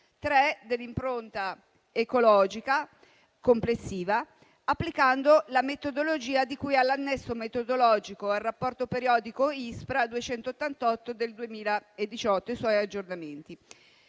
3) dell'impronta ecologica complessiva applicando la metodologia di cui all'annesso metodologico al rapporto periodico ISPRA 288/2018 - ISBN